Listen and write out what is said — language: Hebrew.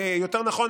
יותר נכון,